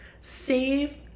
save